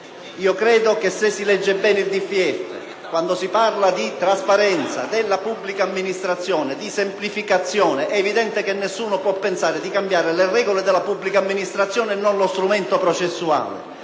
di programmazione economico-finanziaria, quando si parla di trasparenza della pubblica amministrazione e di semplificazione, e evidente che nessuno puopensare di cambiare le regole della pubblica amministrazione e non lo strumento processuale.